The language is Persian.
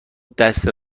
دست